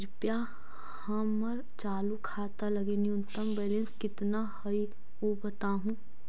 कृपया हमर चालू खाता लगी न्यूनतम बैलेंस कितना हई ऊ बतावहुं